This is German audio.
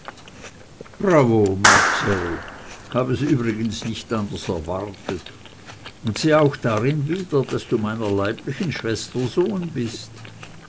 marcell hab es übrigens nicht anders erwartet und seh auch darin wieder daß du meiner leiblichen schwester sohn bist